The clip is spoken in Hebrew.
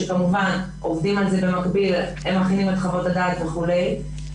שכמובן עובדים במקביל ומכינים את חוות הדעת וכולי,